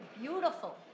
beautiful